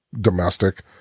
domestic